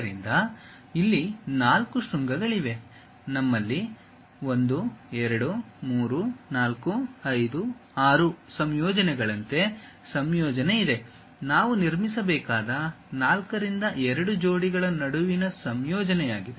ಆದ್ದರಿಂದ ಇಲ್ಲಿ ನಾಲ್ಕು ಶೃಂಗಗಳಿಗೆ ನಮ್ಮಲ್ಲಿ 1 2 3 4 5 6 ಸಂಯೋಜನೆಗಳಂತೆ ಸಂಯೋಜನೆ ಇದೆ ನಾವು ನಿರ್ಮಿಸಬೇಕಾದ 4 ರಿಂದ ಎರಡು ಜೋಡಿಗಳ ನಡುವಿನ ಸಂಯೋಜನೆಯಾಗಿದೆ